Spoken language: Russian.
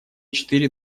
четыре